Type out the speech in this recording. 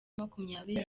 makumyabiri